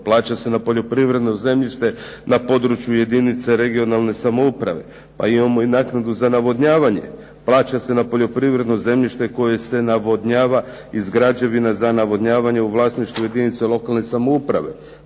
Plaća se na poljoprivredno zemljište na području jedinice regionalne samouprave. Pa imamo i naknadu za navodnjavanje. Plaća se na poljoprivredno zemljište koje se navodnjava iz građevina za navodnjavanje u vlasništvu jedinice lokalne samouprave.